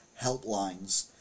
helplines